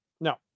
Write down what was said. No